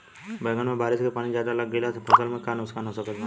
बैंगन पर बारिश के पानी ज्यादा लग गईला से फसल में का नुकसान हो सकत बा?